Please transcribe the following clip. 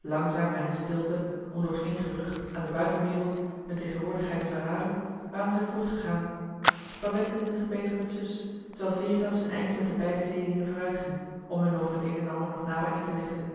langzaam en in stilte om door geen gerucht aan de buitenwereld hun tegenwoordigheid te verraden waren zij voortgegaan babette hield zich bezig met zus terwijl veritas een eindje met de beide zeelieden vooruitging om hun over het een en ander nog nader in te lichten